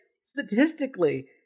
statistically